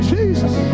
Jesus